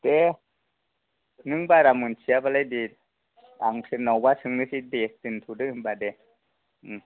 दे नों बारा मोनथियाबालाय दे आं सोरनावबा सोंनोसै दे दोनथ'दो होनबा दे